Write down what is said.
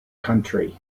country